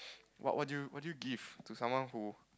what what do you what do you give to someone who